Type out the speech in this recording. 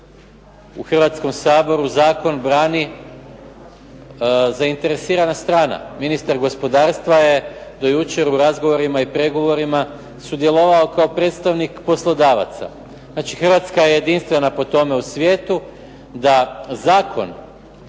u Hrvatskom saboru zakon brani zainteresirana strana. Ministar gospodarstva je do jučer u razgovorima i pregovorima sudjelovao kao predstavnik poslodavaca. Znači, Hrvatska je jedinstvena po tome u svijetu da zakon